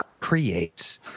creates